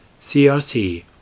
CRC